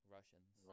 Russians